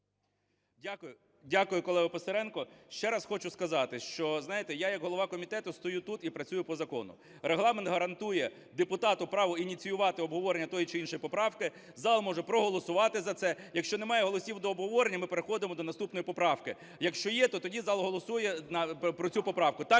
Дякую, колего Писаренко. Ще раз хочу сказати, що, знаєте, я як голова комітету стою тут і працюю по закону. Регламент гарантує депутату право ініціювати обговорення тієї чи іншої поправки, зал може проголосувати за це. Якщо немає голосів до обговорення, ми переходимо до наступної поправки; якщо є, то тоді зал голосує про цю поправку.